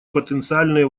потенциальные